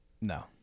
No